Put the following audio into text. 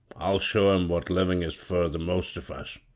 i'll show em what livin is fur the most of us.